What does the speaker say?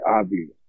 obvious